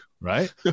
right